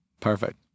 Perfect